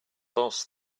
boss